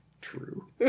True